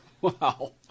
Wow